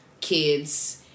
kids